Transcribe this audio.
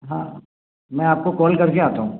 हाँ मैं आपको कोल कर के आता हूँ